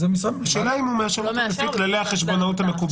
-- השאלה אם הוא מאשר לפי כללי החשבונאות המקובלים.